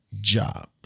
job